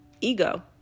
ego